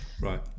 Right